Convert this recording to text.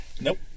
Nope